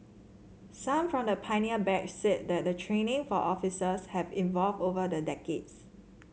some from the pioneer batch said the training for officers has evolved over the decades